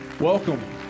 Welcome